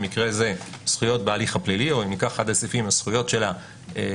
במקרה הזה זכויות בהליך הפלילי או הזכויות של החשוד,